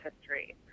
history